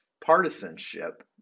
partisanship